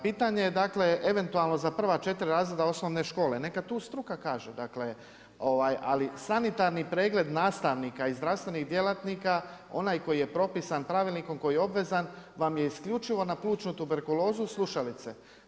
Pitanje eventualno za prva četiri razreda osnovne škole, neka tu struka kaže, dakle ali sanitarni pregled nastavnika i zdravstvenih djelatnika, onaj koji je propisan pravilnikom koji je obvezan, vam je isključivo na plućnu tuberkulozu, slušalice.